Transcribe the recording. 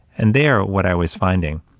and there, what i was finding,